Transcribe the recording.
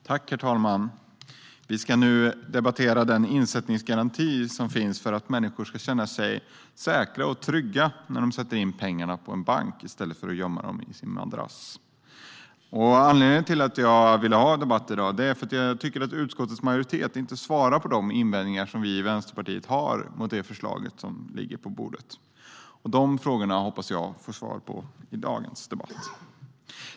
Herr talman! Vi ska nu debattera den insättningsgaranti som finns för att människor ska känna sig säkra och trygga när de sätter in sina pengar på en bank i stället för att gömma dem i madrassen. Anledningen till att jag ville ha debatt i dag är att jag tycker att utskottets majoritet inte svarar på de invändningar som vi i Vänsterpartiet har mot det förslag som ligger på bordet. De frågorna hoppas jag få svar på i dagens debatt.